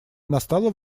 настало